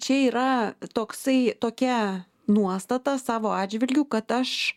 čia yra toksai tokia nuostata savo atžvilgiu kad aš